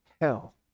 hell